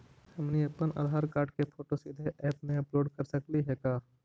हमनी अप्पन आधार कार्ड के फोटो सीधे ऐप में अपलोड कर सकली हे का?